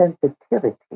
sensitivity